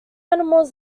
animals